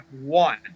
one